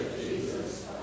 Jesus